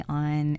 on